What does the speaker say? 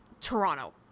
Toronto